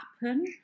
happen